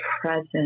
present